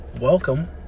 welcome